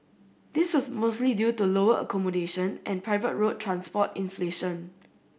this was mostly due to lower accommodation and private road transport inflation